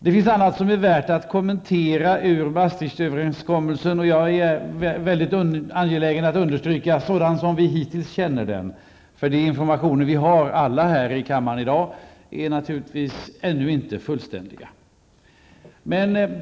Det finns fler saker att kommentera i Maastrichtöverenskommelsen, sådan som vi hittills känner den. Jag är mycket angelägen om att understryka detta, eftersom de informationer som vi alla här i kammaren har i dag naturligtvis inte är fullständiga ännu.